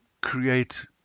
create